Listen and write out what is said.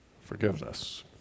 Forgiveness